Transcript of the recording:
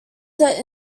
set